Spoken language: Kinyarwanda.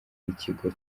n’ikigo